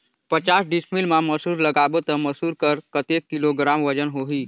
पचास डिसमिल मा मसुर लगाबो ता मसुर कर कतेक किलोग्राम वजन होही?